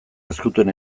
ezkutuen